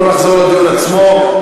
בואו נחזור לדיון עצמו.